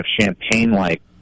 champagne-like